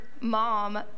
mom